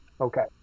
Okay